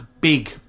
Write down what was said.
big